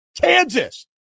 Kansas